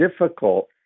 difficult